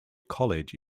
college